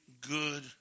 good